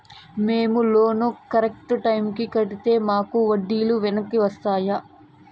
మేము loan correct టైముకి కట్టితే మాకు వడ్డీ లు వెనక్కి వస్తాయా?